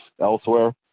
elsewhere